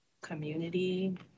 community